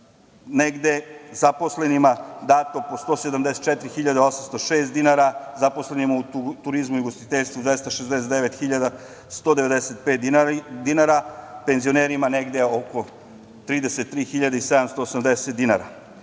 zaposlenima negde dato po 174.806 dinara, zaposlenima u turizmu i ugostiteljstvu 269.195 dinara, penzionerima negde oko 33.780 dinara.